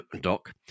Doc